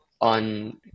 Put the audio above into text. on